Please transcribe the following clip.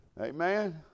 Amen